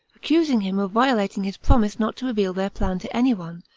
accused him of violating his promise not to reveal their plan to any one,